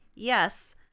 Yes